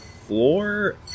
floor